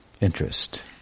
interest